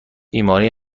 بیماری